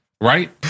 Right